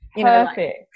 Perfect